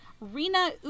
Rina